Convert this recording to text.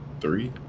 Three